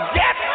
get